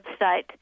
website